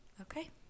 Okay